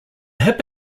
hip